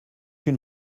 une